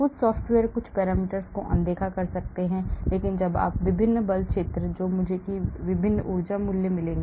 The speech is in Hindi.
कुछ सॉफ़्टवेयर कुछ पैरामीटर को अनदेखा कर सकते हैं इसलिए जब आप विभिन्न बल क्षेत्र चलाते हैं तो मुझे विभिन्न ऊर्जा मूल्य मिलेंगे